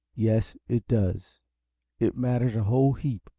yes, it does it matters a whole heap.